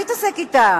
מי יתעסק אתם?